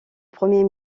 premier